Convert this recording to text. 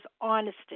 honesty